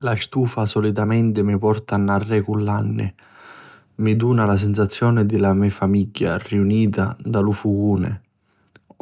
La stufa solitamenti mi porta narrè cu l'anni. Mi duna la sensazioni di la famigghia riunita 'n tunnu a lu cufuni,